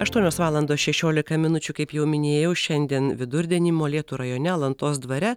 aštuonios valandos šešiolika minučių kaip jau minėjau šiandien vidurdienį molėtų rajone alantos dvare